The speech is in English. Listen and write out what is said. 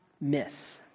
miss